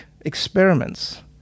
experiments